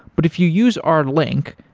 but if you use our link,